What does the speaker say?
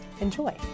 Enjoy